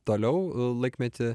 toliau laikmetį